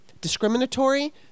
discriminatory